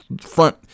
front